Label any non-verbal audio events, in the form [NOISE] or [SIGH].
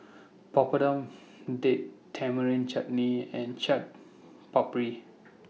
Papadum [NOISE] Date Tamarind Chutney and Chaat [NOISE] Papri [NOISE]